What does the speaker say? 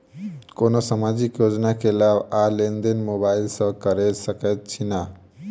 कोनो सामाजिक योजना केँ लाभ आ लेनदेन मोबाइल सँ कैर सकै छिःना?